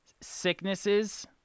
sicknesses